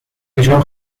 نشان